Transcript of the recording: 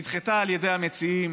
נדחתה על ידי המציעים